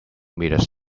meters